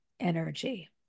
energy